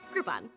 Groupon